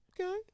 Okay